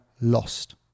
lost